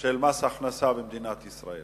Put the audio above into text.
של מס הכנסה במדינת ישראל,